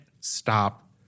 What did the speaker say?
stop